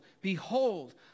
Behold